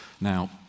Now